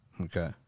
Okay